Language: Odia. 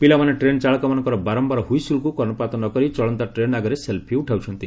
ପିଲାମାନେ ଟ୍ରେନ୍ ଚାଳକମାନଙ୍କର ବାରମ୍ୟାର ହୁଇସିଲ୍କୁ କର୍ଷପାତ ନ କରି ଚଳନ୍ତା ଟ୍ରେନ୍ ଆଗରେ ସେଲ୍ ଉଠାଉଛନ୍ତି